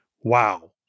Wow